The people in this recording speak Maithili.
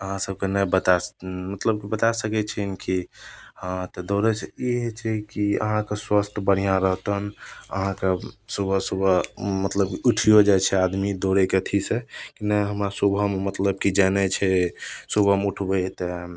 अहाँ सबके नहि बता मतलबकी बता सकय छियनि की हँ तऽ दौड़यसँ ई होइ छै की अहाँके स्वास्थ बढ़िआँ रहतन अहाँके सुबह सुबह मतलब की उठियो जाइ छै आदमी दौड़यके अथीसँ नहि हमरा सुबहमे मतलब की जानय छै सुबहमे उठबय तऽ